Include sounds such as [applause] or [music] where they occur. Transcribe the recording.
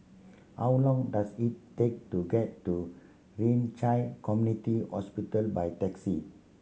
how long does it take to get to Ren [unintelligible] Community Hospital by taxi